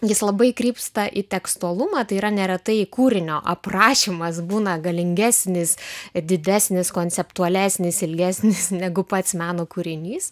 jis labai krypsta į tekstualumą tai yra neretai kūrinio aprašymas būna galingesnis ir didesnis konceptualesnis ilgesnis negu pats meno kūrinys